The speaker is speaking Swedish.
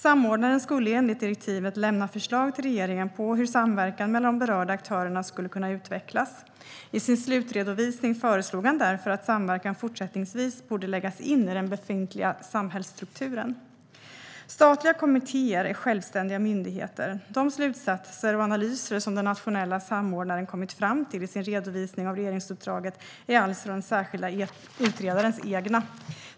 Samordnaren skulle enligt direktivet lämna förslag till regeringen på hur samverkan mellan de berörda aktörerna skulle kunna utvecklas. I sin slutredovisning föreslog han därför att samverkan fortsättningsvis borde läggas in i den befintliga samhällsstrukturen. Statliga kommittéer är självständiga myndigheter. De slutsatser och analyser som den nationella samordnaren kommit fram till i sin redovisning av regeringsuppdraget är alltså den särskilde utredarens egna.